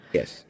Yes